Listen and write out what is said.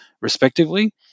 respectively